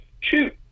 shoot